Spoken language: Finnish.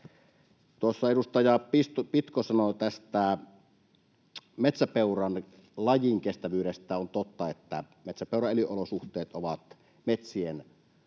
Tuossa edustaja Pitko sanoi tästä metsäpeuran lajinkestävyydestä. On totta, että metsäpeuran elinolosuhteet ovat metsien kaatamisen